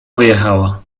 wyjechała